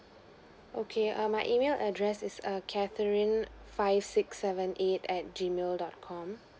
okay err my email address is err catherine five six seven eight at G mail dot com